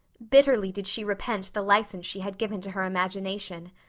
bitterly did she repent the license she had given to her imagination.